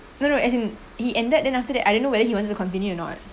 no no as in he ended then after that I don't know whether he wanted to continue or not